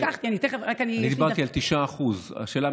אני דיברתי על 9%. השאלה,